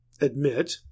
admit